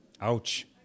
Ouch